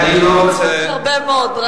יש הרבה מאוד דרכים.